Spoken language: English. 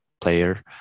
player